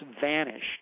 vanished